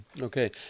Okay